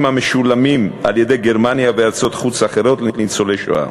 המשולמים על-ידי גרמניה וארצות-חוץ אחרות לניצולי שואה,